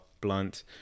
blunt